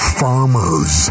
farmers